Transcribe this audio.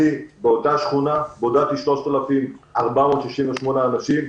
אני באותה שכונה בודדתי 3,468 אנשים,